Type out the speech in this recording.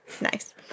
Nice